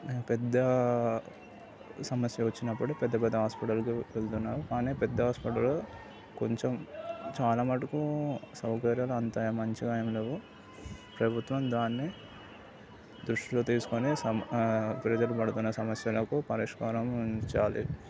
పెద్దా సమస్య వచ్చినప్పుడు పెద్ద పెద్ద హాస్పిటల్కి వెళుతున్నారు కాని పెద్ద హాస్పిటల్ కొంచెం చాలా మట్టుకు సౌకర్యాలు అంత ఎం అంత మంచిగా ఏమిలేవు ప్రభుత్వం దాన్నే దృష్టిలో తీసుకుని సం ప్రజలు పడుతున్న సమస్యలకు పరిష్కారం గురించి ఆలో